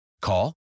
Call